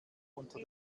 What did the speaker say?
unter